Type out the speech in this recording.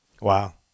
Wow